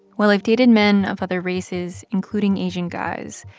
while i've dated men of other races, including asian guys,